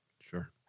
Sure